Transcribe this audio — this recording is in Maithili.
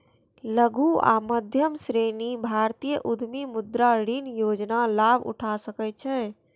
लघु आ मध्यम श्रेणीक भारतीय उद्यमी मुद्रा ऋण योजनाक लाभ उठा सकै छै